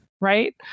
Right